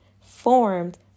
formed